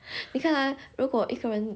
你看啊如果一个人